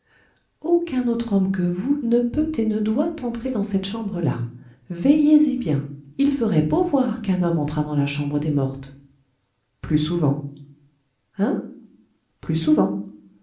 aucun autre homme que vous ne peut et ne doit entrer dans cette chambre là veillez y bien il ferait beau voir qu'un homme entrât dans la chambre des mortes plus souvent hein plus souvent